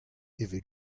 evel